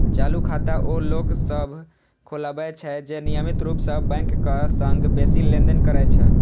चालू खाता ओ लोक सभ खोलबै छै, जे नियमित रूप सं बैंकक संग बेसी लेनदेन करै छै